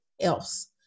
else